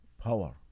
power